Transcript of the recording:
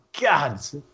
gods